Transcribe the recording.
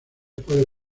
puede